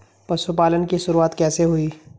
पशुपालन की शुरुआत कैसे हुई?